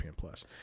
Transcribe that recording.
plus